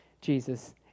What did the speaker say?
Jesus